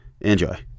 Enjoy